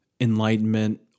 enlightenment